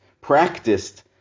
practiced